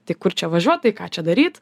tai kur čia važiuot tai ką čia daryt